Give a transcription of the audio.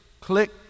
click